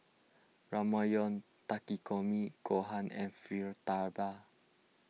Ramyeon Takikomi Gohan and Fritada